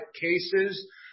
cases